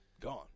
Gone